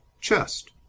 Chest